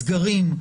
סגרים,